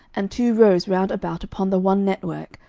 and two rows round about upon the one network,